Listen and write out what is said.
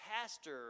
pastor